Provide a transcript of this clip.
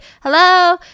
hello